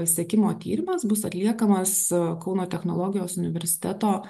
sekimo tyrimas bus atliekamas kauno technologijos universiteto